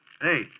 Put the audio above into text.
Hey